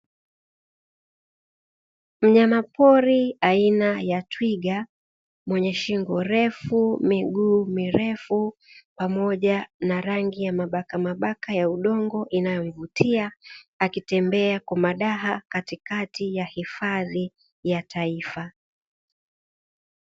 Mnyama pori aina ya twiga, mwenye shingo refu, miguu mirefu pamoja na rangi ya mabakamabaka ya udongo inayomvutia, akitembea kwa madaha katikati ya hifadhi ya taifa.